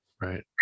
Right